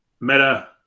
Meta